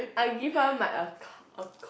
I give up my acco~ acco~